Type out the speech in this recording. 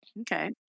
Okay